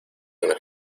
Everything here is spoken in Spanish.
una